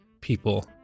people